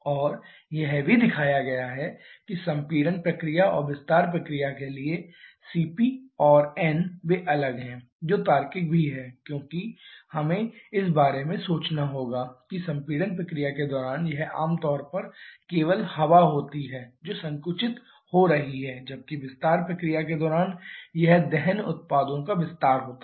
और यह भी दिया गया है कि संपीड़न प्रक्रिया और विस्तार प्रक्रिया के लिए cp और n वे अलग हैं जो तार्किक भी हैं क्योंकि हमें इस बारे में सोचना होगा कि संपीड़न प्रक्रिया के दौरान यह आमतौर पर केवल हवा होती है जो संकुचित हो रही है जबकि विस्तार प्रक्रिया के दौरान यह दहन उत्पादों का विस्तार होता है